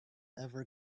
ever